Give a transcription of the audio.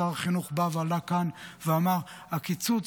שר החינוך בא ועלה כאן ואמר: הקיצוץ